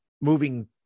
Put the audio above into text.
moving